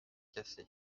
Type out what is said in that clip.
cassé